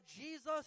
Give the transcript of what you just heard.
jesus